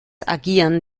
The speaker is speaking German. agieren